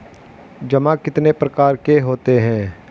जमा कितने प्रकार के होते हैं?